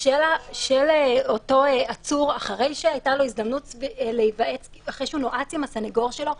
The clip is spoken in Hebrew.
של אותו עצור אחרי שהוא נועץ עם הסנגור שלו,